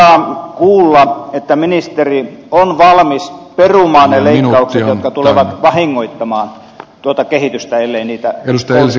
joko saan kuulla että ministeri on valmis perumaan ne leikkaukset jotka tulevat vahingoittamaan tuota kehitystä ellei niitä koulutuspaikkoja saada